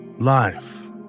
Life